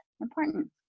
important